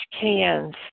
cans